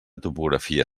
topografia